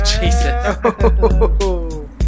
Jesus